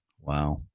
wow